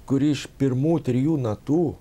kurį iš pirmų trijų natų